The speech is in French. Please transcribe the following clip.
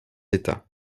états